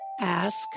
Ask